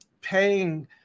paying